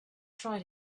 tried